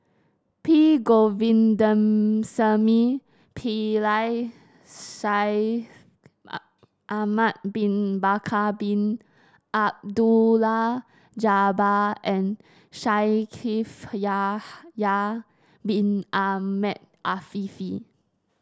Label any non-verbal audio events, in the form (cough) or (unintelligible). P Govindasamy Pillai Shaikh (unintelligible) Ahmad Bin Bakar Bin Abdullah Jabbar and Shaikh Yahya Bin Ahmed Afifi